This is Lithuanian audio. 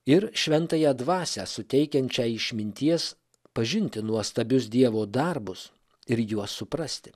ir šventąją dvasią suteikiančią išminties pažinti nuostabius dievo darbus ir juos suprasti